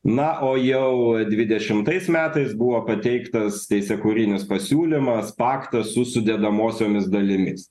na o jau dvidešimtais metais buvo pateiktas teisėkūrinis pasiūlymas paktas su sudedamosiomis dalimis